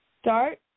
start